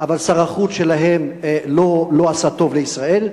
אבל שר החוץ שלהם לא עשה טוב לישראל.